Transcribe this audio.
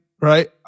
right